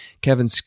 Kevin